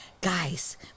guys